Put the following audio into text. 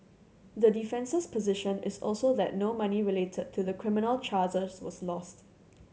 the defence's position is also that no money related to the criminal charges was lost